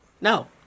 no